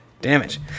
damage